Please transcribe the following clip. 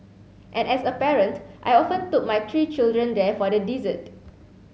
and as a parent I often took my three children there for the dessert